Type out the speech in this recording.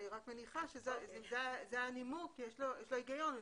אני רק מניחה שזה הנימוק, יש לו היגיון.